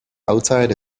outside